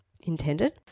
intended